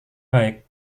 baik